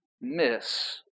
miss